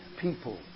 people